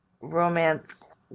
romance